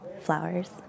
flowers